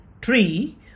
tree